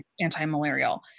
anti-malarial